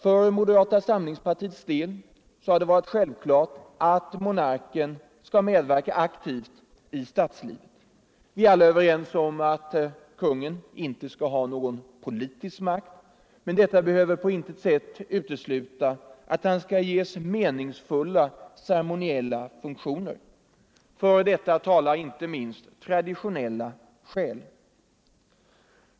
För moderata samlingspartiet har det varit självklart att monarken skall medverka aktivt i statslivet. Vi är alla överens om att konungen inte skall ha någon politisk makt, men detta behöver på intet sätt utesluta att han ges meningsfulla ceremoniella funktioner. För detta talar inte minst traditionella skäl.